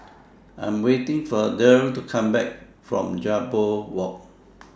I Am waiting For Derl to Come Back from Jambol Walk